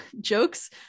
jokes